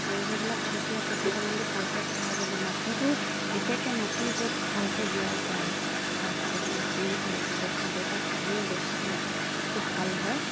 আৰু সেইবিলাক যেতিয়া প্ৰতিপালনটো ভালকৈ কৰা যাব মাটিটো বিশেষকৈ মাটি য'ত ভালকৈ দিয়া যায় ডাঠকৈ মাটি আৰু গোবৰ সাৰটো তাত এনেও গছবিলাক খুব ভাল হয়